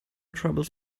troubles